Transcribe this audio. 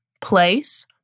place